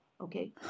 Okay